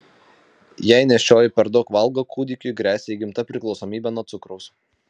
jei nėščioji per daug valgo kūdikiui gresia įgimta priklausomybė nuo cukraus